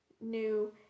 new